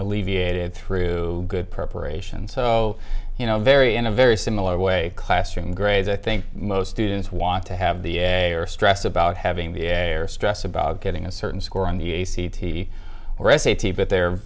alleviated through good preparation so you know very in a very similar way classroom grades i think most students want to have the stress about having the air stress about getting a certain score on the ac t v or a safety but they're